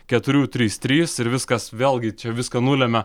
keturių trys trys ir viskas vėlgi čia viską nulemia